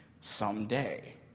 someday